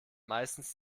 meistens